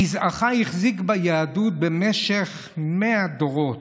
גזעך החזיק ביהדות במשך מאה דורות.